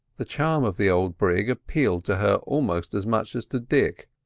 the charm of the old brig appealed to her almost as much as to dick,